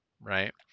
Right